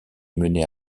mené